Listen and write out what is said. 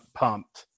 pumped